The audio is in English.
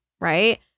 Right